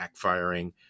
backfiring